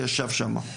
ישב שם.